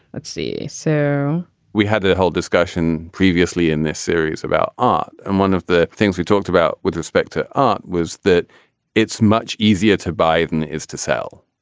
let's see so we had this whole discussion previously in this series about art. and one of the things we talked about with respect to art was that it's much easier to buy than it is to sell.